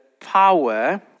power